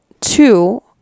two